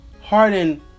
Harden